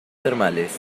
termales